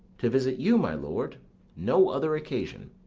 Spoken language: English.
to visit you, my lord no other occasion.